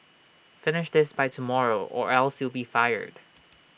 finish this by tomorrow or else you be fired